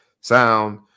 sound